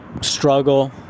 struggle